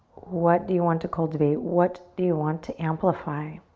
what do you want to cultivate? what do you want to amplify?